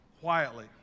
quietly